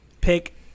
pick